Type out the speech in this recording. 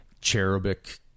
cherubic